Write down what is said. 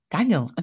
Daniel